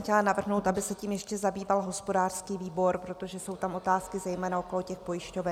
Chtěla jsem navrhnout, aby se tím ještě zabýval hospodářský výbor, protože jsou tam otázky zejména okolo těch pojišťoven.